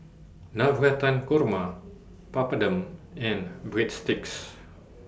Navratan Korma Papadum and Breadsticks